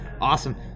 Awesome